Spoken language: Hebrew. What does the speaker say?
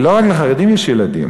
הרי לא רק לחרדים יש ילדים,